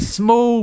small